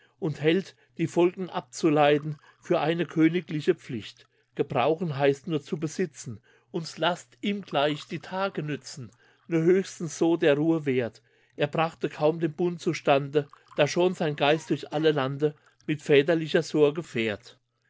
und hält die folgen abzuleiten für eine königliche pflicht gebrauchen heißt nur zu besitzen uns lasst ihm gleich die tage nützen nur höchstens so der ruhe werth er brachte kaum den bund zu stande da schon sein geist durch alle lande mit väterlicher sorge